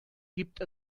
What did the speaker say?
gibt